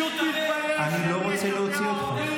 --- אני לא רוצה להוציא אותך.